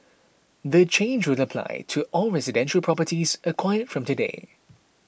the change will apply to all residential properties acquired from today